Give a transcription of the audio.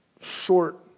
short